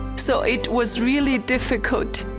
so, it was really difficult